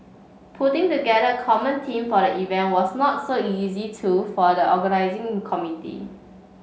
putting together a common theme for the event was not so easy too for the organising committee